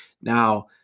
Now